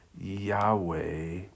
Yahweh